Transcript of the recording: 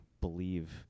believe